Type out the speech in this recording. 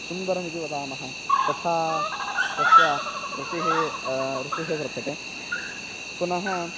सुन्दरमिति वदामः तथा तस्य रुचिः रुचिः वर्तते पुनः